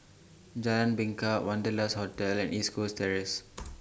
Jalan Bingka Wanderlust Hotel and East Coast Terrace